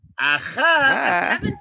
Aha